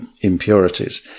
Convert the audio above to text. impurities